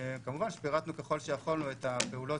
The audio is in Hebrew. כמובן שפירטנו ככל שיכולנו את הפעולות